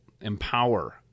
empower